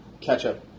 ketchup